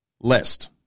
list